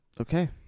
Okay